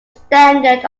standard